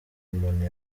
umuntu